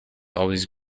always